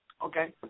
Okay